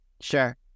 Sure